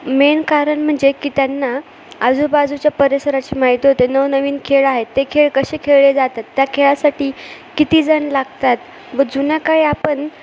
main कारण म्हणजे की त्यांना आजूबाजूच्या परिसराची माहिती होते नवनवीन खेळ आहेत ते खेळ कसे खेळले जातात त्या खेळासाठी कितीजण लागतात व जुन्या काळी आपण